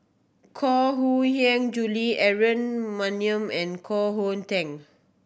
Koh Hong Hiang Julie Aaron Maniam and Koh Hong Teng